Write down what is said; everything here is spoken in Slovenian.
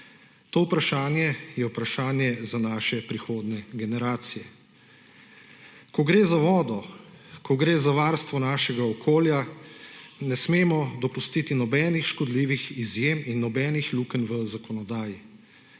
To vprašanje je vprašanje za naše prihodnje generacije. Ko gre za vodo, ko gre za varstvo našega okolja, ne smemo dopustiti nobenih škodljivih izjem in nobenih lukenj v zakonodaji.